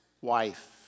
wife